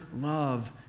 love